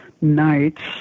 nights